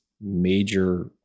major